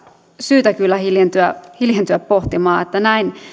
syytä kyllä hiljentyä hiljentyä pohtimaan että näin